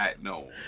no